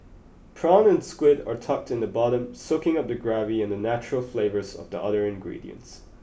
prawn and squid are tucked in the bottom soaking up the gravy and the natural flavours of the other ingredients